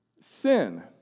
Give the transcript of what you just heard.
Sin